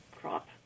crop